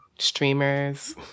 Streamers